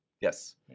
Yes